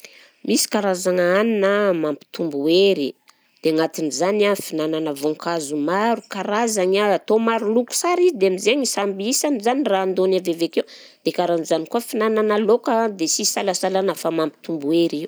Misy karazana hanina mampitombo hery dia agnatin'izany an fihinanana voankazo maro karazagny an, atao maro loko sara izy dia amizegny samby isany zany raha andôny ave vekeo, dia karaha an'izany koa fihinanana lôka an dia sy isalasalana fa mampitombo hery